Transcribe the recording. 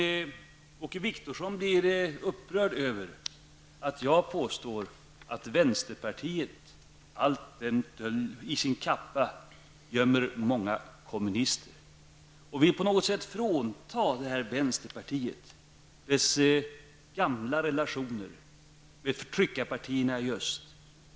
Men Åke Wictorsson blir upprörd över att jag påstår att vänsterpartiet alltjämt i sin kappa gömmer många kommunister och vill på något sätt frånta detta vänsterparti dess gamla relationer med förtryckarpartierna i öst.